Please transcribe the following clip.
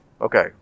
Okay